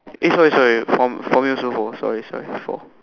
eh sorry sorry for for me also four sorry sorry four